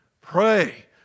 Pray